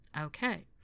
Okay